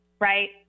Right